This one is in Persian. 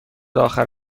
آخر